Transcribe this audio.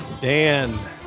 Dan